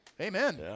Amen